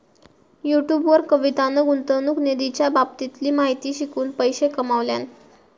YouTube वर कवितान गुंतवणूक निधीच्या बाबतीतली माहिती शिकवून पैशे कमावल्यान